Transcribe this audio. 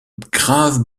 graves